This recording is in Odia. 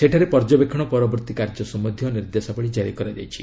ସେଠାରେ ପର୍ଯ୍ୟବେକ୍ଷଣ ପରବର୍ତ୍ତୀ କାର୍ଯ୍ୟ ସମ୍ଭନ୍ଧୀୟ ନିର୍ଦ୍ଦେଶାବଳୀ ଜାରି କରାଯାଇଛି